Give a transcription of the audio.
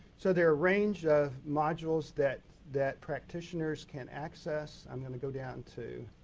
so there are a range of modules that that practitioners can access. i'm going to go down to